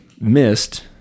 missed